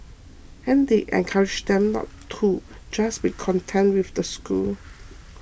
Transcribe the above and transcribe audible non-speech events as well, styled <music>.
<noise> and they encourage them not to just be content with the school